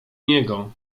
niego